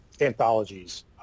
anthologies